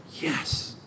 yes